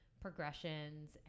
progressions